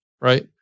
right